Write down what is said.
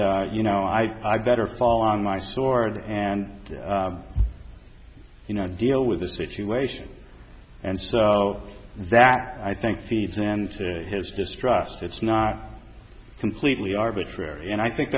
you know i better fall on my sword and you know deal with the situation and so that i think feeds and to his distrust it's not completely arbitrary and i think